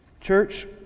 Church